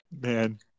man